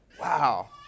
Wow